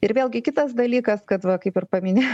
ir vėlgi kitas dalykas kad va kaip ir paminėjo